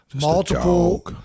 multiple